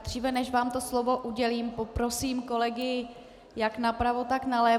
Dříve než vám slovo udělím, poprosím kolegy jak napravo, tak nalevo.